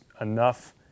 enough